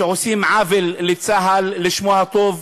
שעושים עוול לצה"ל, לשמו הטוב,